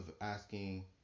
asking